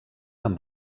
amb